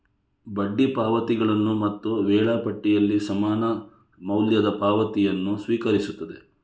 ಬಡ್ಡಿ ಪಾವತಿಗಳನ್ನು ಮತ್ತು ವೇಳಾಪಟ್ಟಿಯಲ್ಲಿ ಸಮಾನ ಮೌಲ್ಯದ ಪಾವತಿಯನ್ನು ಸ್ವೀಕರಿಸುತ್ತದೆ